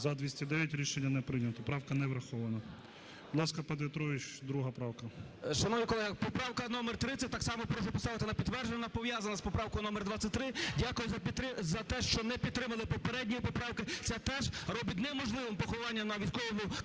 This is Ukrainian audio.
За-209 Рішення не прийнято, правка не врахована. Будь ласка, пан В'ятрович, друга правка. 14:14:47 В’ЯТРОВИЧ В.М. Шановні колеги, поправка номер 30 так само прошу поставити на підтвердження. Вона пов'язана із поправкою номер 23. Дякую за те, що не підтримали попередньої поправки. Ця теж робить неможливим поховання на військовому